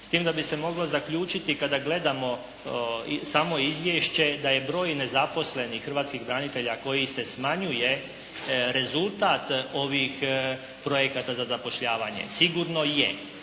S tim da bi se moglo zaključiti kada gledamo samo izvješće da je broj nezaposlenih hrvatskih branitelja koji se smanjuje rezultat ovih projekata za zapošljavanje. Sigurno je.